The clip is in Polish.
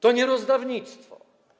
To nie rozdawnictwo.